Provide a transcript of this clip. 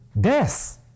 death